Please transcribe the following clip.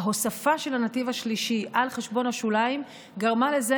ההוספה של הנתיב השלישי על חשבון השוליים גרמה לזה